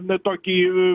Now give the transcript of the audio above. na tokį